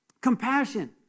Compassion